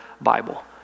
Bible